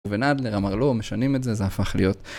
ונדלר אמר, לא, משנים את זה, זה הפך להיות.